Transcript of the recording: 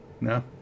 No